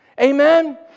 Amen